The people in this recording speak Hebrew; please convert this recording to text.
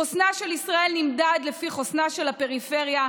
חוסנה של ישראל נמדד לפי חוסנה של הפריפריה.